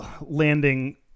landing